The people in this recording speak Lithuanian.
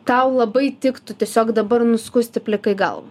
tau labai tiktų tiesiog dabar nuskusti plikai galvą